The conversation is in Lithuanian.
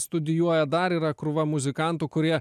studijuoja dar yra krūva muzikantų kurie